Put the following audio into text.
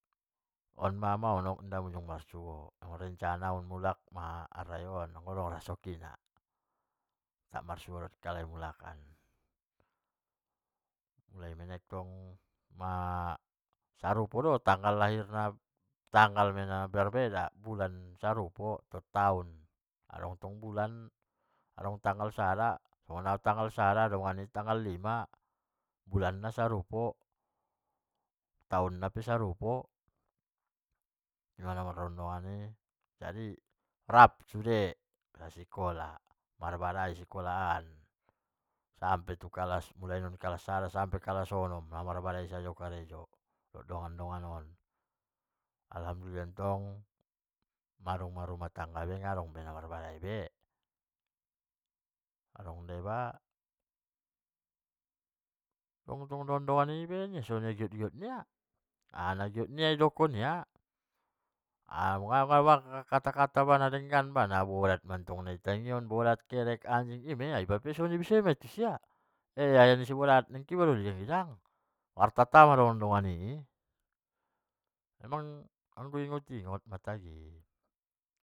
On ma mahonok inda unjung marsuo, adong rencana giot mulak arrayo on muda adong rasoki na marsuo rap halai ulakkan. tai inmattong arupo do tanggal lahir na, tanggal lahirna ma namarbeda bulan sarupo rap tahun, adong tong bulan adong tong tanggal sada adong tong dongan i tanggal lima, bulanna sarupo tahun na pe sarupo in ma namardongan- dongan i, rap sude sasikola, parbada sude di sikola an sampe non tu kalas sada sampe tu kalas onom namarbadai sajo do karejo na namardongan-dongan on, alhamdulilah tong madung marumah tangga nabe. adong eba dongan-dongan i ibaen ia soni giot-giot nia. nadong kata-kata nadenggan natangion, na bodat anjing kerek in maia, au pe in masoni u baen tusia he aya nisi bodat nikku ma tusia, martata ma dongan-dongan i i, memang go di ingot-ingot tagi.